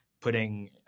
putting